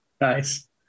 Nice